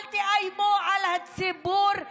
אל תאיימו על הציבור,